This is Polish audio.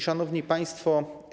Szanowni Państwo!